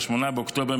ב-8 באוקטובר,